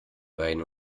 beiden